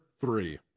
three